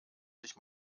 sich